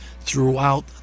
throughout